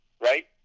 right